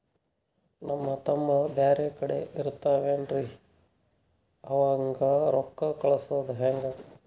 ನಮ್ ತಮ್ಮ ಬ್ಯಾರೆ ಕಡೆ ಇರತಾವೇನ್ರಿ ಅವಂಗ ರೋಕ್ಕ ಕಳಸದ ಹೆಂಗ?